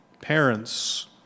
parents